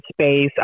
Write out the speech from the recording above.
space